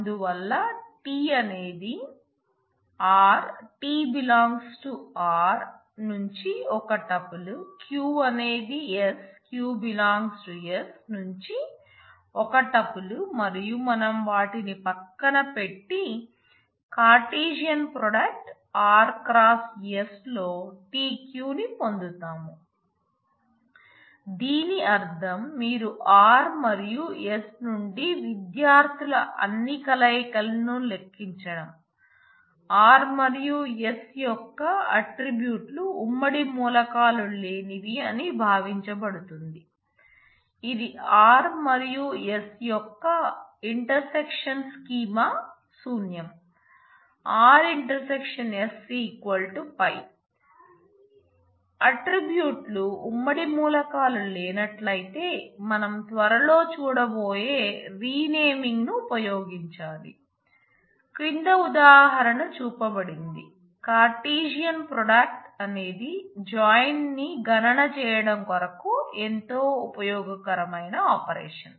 R ∩ S Φ ఆట్రిబ్యూట్లు ఉమ్మడి మూలకాలు లేనట్లయితే మనం త్వరలో చూడబోయే రీనేమ్మింగ్ ని గణన చేయడం కొరకు ఎంతో ఉపయోగకరమైన ఆపరేషన్